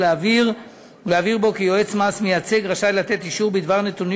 ולהבהיר בו כי יועץ מס מייצג רשאי לתת אישור בדבר נתונים